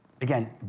again